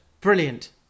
brilliant